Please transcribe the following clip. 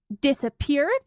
disappeared